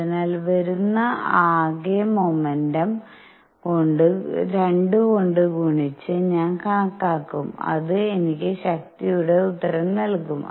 അതിനാൽ വരുന്ന ആകെ മൊമെന്റം 2 കൊണ്ട് ഗുണിച്ച് ഞാൻ കണക്കാക്കും അത് എനിക്ക് ശക്തിയുടെ ഉത്തരം നൽകും